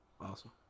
awesome